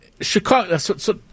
Chicago